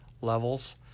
levels